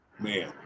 Man